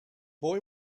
boy